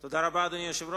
דין פלילי (סמכויות אכיפה,